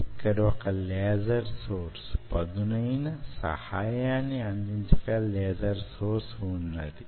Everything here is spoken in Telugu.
ఇక్కడవొక లేజర్ సోర్సు పదునైన సహాయాన్ని అందించగల లేజర్ సోర్సు వున్నది